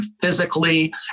physically